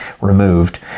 removed